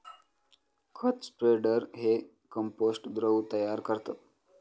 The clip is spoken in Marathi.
खत स्प्रेडर हे कंपोस्ट द्रव तयार करतं